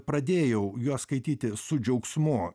pradėjau juos skaityti su džiaugsmu